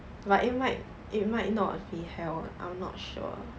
but it might it might not be hell I'm not sure